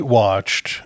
watched